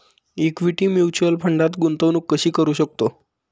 Equity mutual फंडात गुंतवणूक कशी करू शकतो?